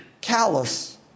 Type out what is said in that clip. callous